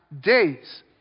days